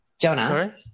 Jonah